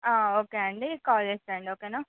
okay అండి call చేసి రండి ఓకేనా